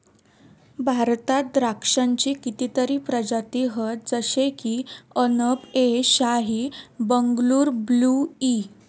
भारतात द्राक्षांची कितीतरी प्रजाती हत जशे की अनब ए शाही, बंगलूर ब्लू ई